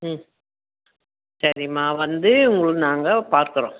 ம் சரிம்மா வந்து உங்கள நாங்கள் பார்க்குறோம்